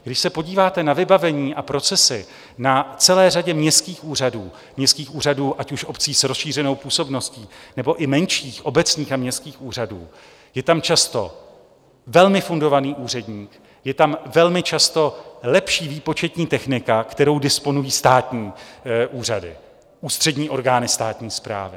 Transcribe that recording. Když se podíváte na vybavení a procesy na celé řadě městských úřadů, ať už obcí s rozšířenou působností nebo i menších obecních a městských úřadů, je tam často velmi fundovaný úředník, je tam velmi často lepší výpočetní technika, než kterou disponují státní úřady, ústřední orgány státní správy.